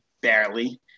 barely